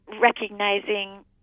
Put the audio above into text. recognizing